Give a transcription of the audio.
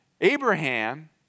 Abraham